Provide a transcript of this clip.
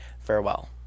Farewell